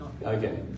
Okay